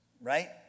Right